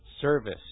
service